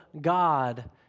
God